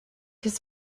his